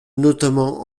notamment